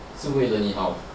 是为了你好